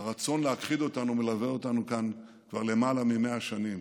שהרצון להכחיד אותנו מלווה אותנו כאן כבר למעלה מ-100 שנים,